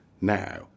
now